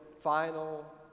final